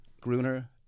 Gruner